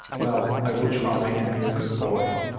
well, i will try and be a good boy,